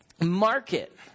market